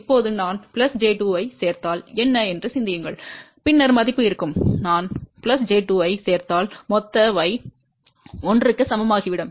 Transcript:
இப்போது நான் j 2 ஐச் சேர்த்தால் என்ன என்று சிந்தியுங்கள் பின்னர் மதிப்பு இருக்கும் நான் j 2 ஐச் சேர்த்தால் மொத்த y 1 க்கு சமமாகிவிடும்